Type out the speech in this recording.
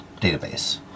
database